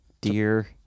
Dear